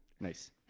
nice